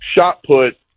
shot-put